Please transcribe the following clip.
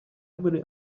many